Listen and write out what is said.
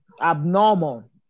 abnormal